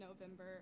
November